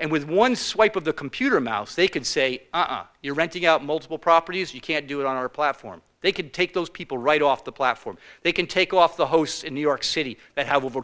and with one swipe of the computer mouse they can say ah you're renting out multiple properties you can't do it on our platform they could take those people right off the platform they can take off the hosts in new york city that have over